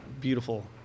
beautiful